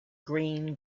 green